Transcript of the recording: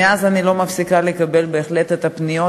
מאז אני בהחלט לא מפסיקה לקבל את הפניות,